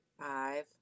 Five